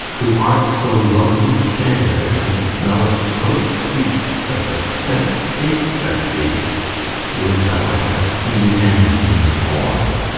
who art so lovely fair, and smell'st so sweet, that the sense aches at thee would thou hadst ne'er been born!